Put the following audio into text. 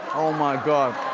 oh my god.